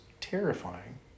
terrifying